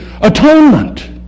atonement